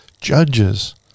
judges